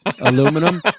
aluminum